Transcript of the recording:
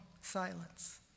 silence